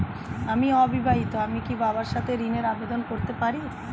আমি অবিবাহিতা আমি কি বাবার সাথে ঋণের আবেদন করতে পারি?